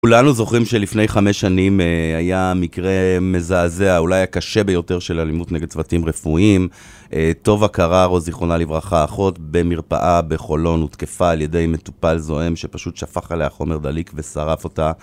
כולנו זוכרים שלפני חמש שנים היה מקרה מזעזע, אולי הקשה ביותר של אלימות נגד צוותים רפואיים. טוב קררו, זיכרונה לברכה אחות במרפאה, בחולון הותקפה על ידי מטופל זועם שפשוט שפך עליה חומר דליק ושרף אותה.